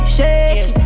Shake